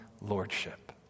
lordship